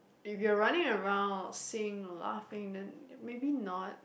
if you are running around sing laughing then maybe not